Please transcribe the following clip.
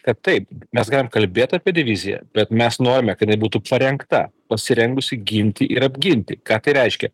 kad taip mes galim kalbėt apie diviziją bet mes norime kad jinai būtų parengta pasirengusi ginti ir apginti ką tai reiškia